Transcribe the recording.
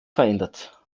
verändert